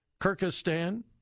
Kyrgyzstan